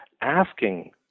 asking